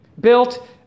built